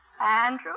Andrew